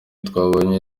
twabonye